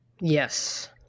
Yes